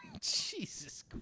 Jesus